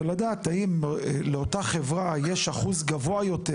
ולדעת האם לאותה חברה יש אחוז גבוה יותר